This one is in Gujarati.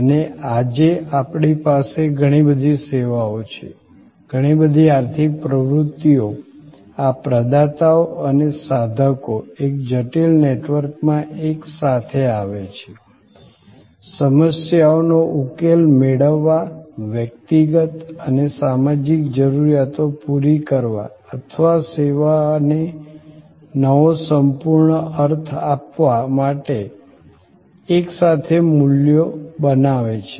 અને આજે આપણી પાસે ઘણી બધી સેવાઓ છે ઘણી બધી આર્થિક પ્રવૃત્તિઓ આ પ્રદાતાઓ અને સાધકો એક જટિલ નેટવર્કમાં એકસાથે આવે છે સમસ્યાઓનો ઉકેલ મેળવવા વ્યક્તિગત અને સામાજિક જરૂરિયાતો પૂરી કરવા અથવા સેવાને નવો સંપૂર્ણ અર્થ આપવા માટે એકસાથે મૂલ્યો બનાવે છે